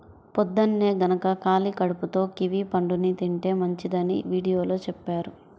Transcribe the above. పొద్దన్నే గనక ఖాళీ కడుపుతో కివీ పండుని తింటే మంచిదని వీడియోలో చెప్పారు